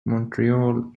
montreal